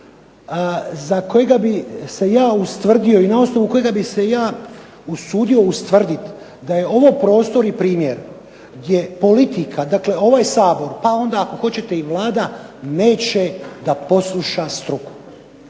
za kojega bi se ja ustvrdio i na osnovu kojega bi se ja usudio ustvrditi da je ovo prostor i primjer gdje politika, dakle ovaj Sabor pa onda ako hoćete i Vlada neće da posluša struku.